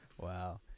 Wow